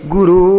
Guru